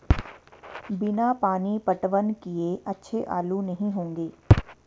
बिना पानी पटवन किए अच्छे आलू नही होंगे